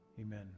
Amen